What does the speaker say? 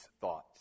thoughts